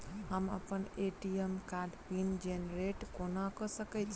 हम अप्पन ए.टी.एम कार्डक पिन जेनरेट कोना कऽ सकैत छी?